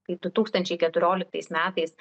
kai du tūkstančiai keturioliktais metais